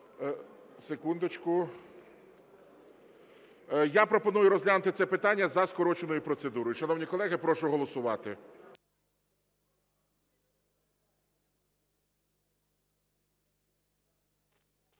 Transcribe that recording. Я пропоную розглянути це питання за скороченою процедурою. Шановні колеги, прошу голосувати.